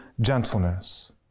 gentleness